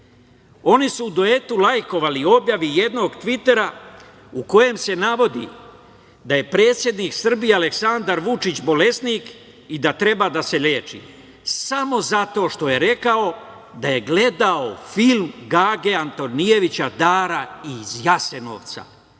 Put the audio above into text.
Oni su u duetu lajkovali objavi jednog tvita u kome se navodi da je predsednik Srbije Aleksandar Vučić bolesnik i da treba da se leči, samo zato što je rekao da je gledao film Gage Antonijevića „Dara iz Jasenovca“,